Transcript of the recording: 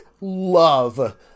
love